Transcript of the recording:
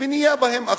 בין 30% ל-40%.